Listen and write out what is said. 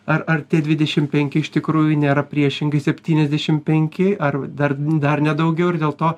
ar ar tie dvidešimt penki iš tikrųjų nėra priešingai septyniasdešimt penki ar dar dar ne daugiau ir dėl to